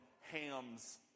Ham's